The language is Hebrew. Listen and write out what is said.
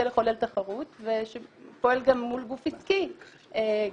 לחולל תחרות ושפועל גם מול גוף עסקי גדול.